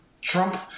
Trump